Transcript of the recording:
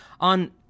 on